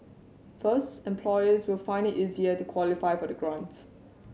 first employers will find it easier to qualify for the grant